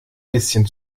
bisschen